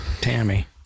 Tammy